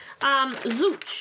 Zooch